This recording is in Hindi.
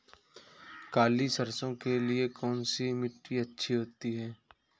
काली सरसो के लिए कौन सी मिट्टी अच्छी होती है?